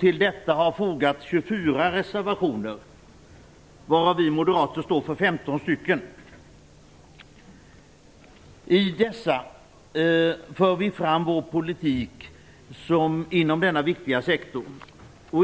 Till detta har fogats 24 reservationer, varav vi moderater står för 15 stycken. I dessa för vi fram vår politik inom denna viktiga sektor.